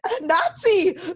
nazi